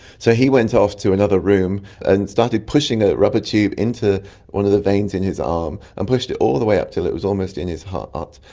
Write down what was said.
so he went off to another room and started pushing a rubber tube into one of the veins in his arm and pushed it all the way up until it was almost in his heart,